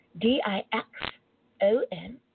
D-I-X-O-N